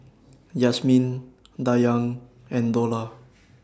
Yasmin Dayang and Dollah